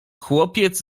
chłopiec